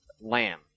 lamb